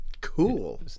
Cool